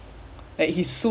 ya